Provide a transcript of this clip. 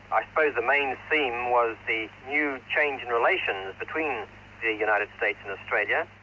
i suppose the main theme was the new changed and relations between the united states and australia.